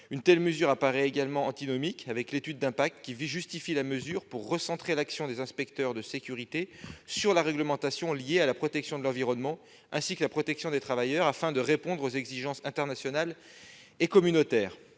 Une telle mesure paraît en outre antinomique avec l'étude d'impact, qui justifie la mesure par la nécessité de « recentrer l'action des inspecteurs de sécurité sur la réglementation liée à la protection de l'environnement ainsi que la protection des travailleurs, afin de répondre aux exigences internationales et communautaires